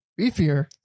beefier